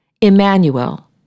Emmanuel